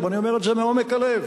ואני אומר את זה מעומק הלב,